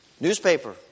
Newspaper